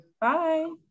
Bye